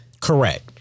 Correct